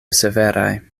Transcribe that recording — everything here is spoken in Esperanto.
severaj